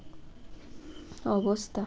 অবস্থা